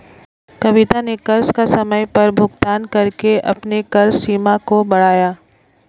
कविता ने कर्ज का समय पर भुगतान करके अपने कर्ज सीमा को बढ़ाया